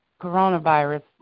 Coronavirus